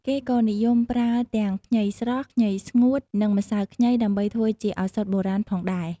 គេក៏និយមប្រើទាំងខ្ញីស្រស់ ខ្ញីស្ងួត និងម្សៅខ្ញីដើម្បីធ្វើជាឱសថបុរាណផងដែរ។